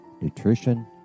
nutrition